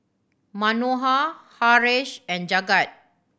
Manohar Haresh and Jagat